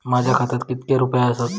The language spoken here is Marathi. माझ्या खात्यात कितके रुपये आसत?